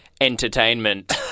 Entertainment